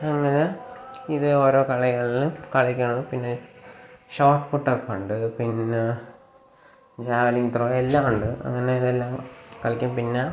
അങ്ങനെ ഇതേ ഓരോ കളികളിൽ കളിക്കുന്നു പിന്നെ ഷോട്ട് പുട്ടൊക്കെ ഉണ്ട് പിന്നെ ജാവലിംഗ് ത്രോ എല്ലാം ഉണ്ട് അങ്ങനെ ഇതെല്ലാം കളിക്കും പിന്നെ